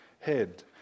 head